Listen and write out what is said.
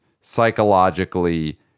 psychologically